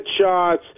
headshots